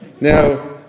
Now